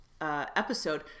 episode